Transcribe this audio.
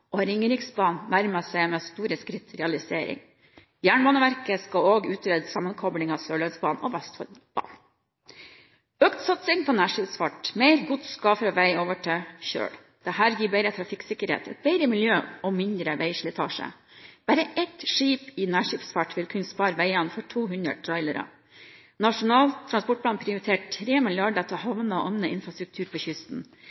og Ringeriksbanen nærmer seg med store skritt realisering. Jernbaneverket skal også utrede sammenkobling av Sørlandsbanen og Vestfoldbanen. Vi vil ha økt satsing på nærskipsfart, mer gods skal fra vei og over på kjøl. Dette gir bedre trafikksikkerhet, et bedre miljø og mindre veislitasje. Bare ett skip i nærskipsfart vil kunne spare veiene for 200 trailere. Nasjonal transportplan prioriterer 3 mrd. kr til havner og annen infrastruktur på kysten.